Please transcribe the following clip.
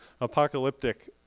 apocalyptic